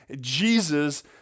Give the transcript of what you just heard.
Jesus